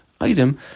item